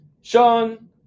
Sean